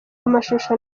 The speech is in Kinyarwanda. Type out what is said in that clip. amashusho